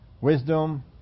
wisdom